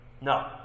No